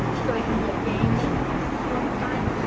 so it can be a game that you use in story time.